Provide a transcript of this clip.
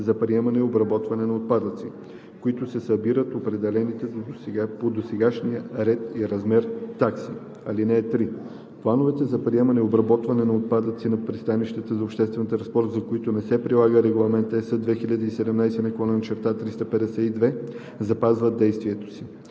за приемане и обработване на отпадъци, като се събират определените по досегашния ред и размер такси. (3) Плановете за приемане и обработване на отпадъци на пристанищата за обществен транспорт, за които не се прилага Регламент (ЕС) 2017/352 запазват действието си.“